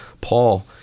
Paul